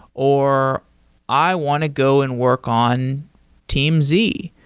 or i want to go and work on team z.